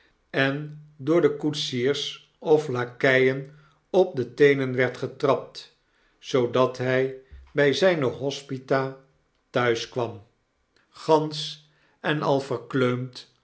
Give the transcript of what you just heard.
en door de koetsiers of lakeien op de teenen werd getrapt zoodat hy by zyne hospita thuis kwam een gesprek gansch en al verkleumdofverpletterd